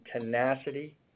tenacity